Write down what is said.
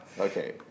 Okay